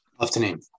Afternoon